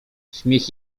śmiech